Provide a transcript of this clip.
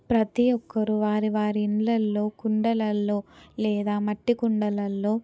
ప్రతీ ఒక్కరూ వారి వారి ఇళ్ళల్లో కుండలల్లో లేదా మట్టికుండలల్లో